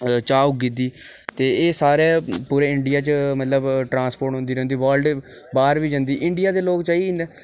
चाह् उग्गी जंदी ते एह् सारे पूरे इंडिया च मतलब ट्रांसपोर्ट होंदी रौंह्दी वर्लड बाह्र बी जंदी इंडिया दे लोक चाही ने